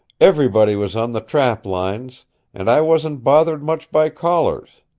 everybody was on the trap-lines, and i wasn't bothered much by callers.